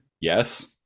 Yes